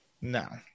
No